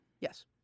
Yes